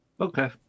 Okay